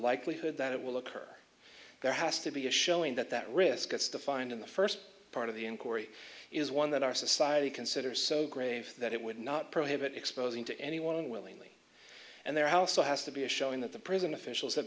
likelihood that it will occur there has to be a showing that that risk it's defined in the first part of the inquiry is one that our society considers so grave that it would not prohibit exposing to anyone willingly and their house has to be a showing that the prison officials ha